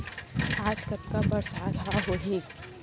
आज कतका बरसात ह होही?